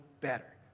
better